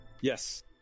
yes